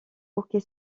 hockey